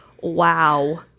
wow